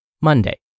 Monday